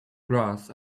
grass